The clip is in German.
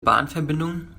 bahnverbindung